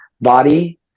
body